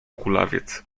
kulawiec